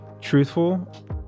truthful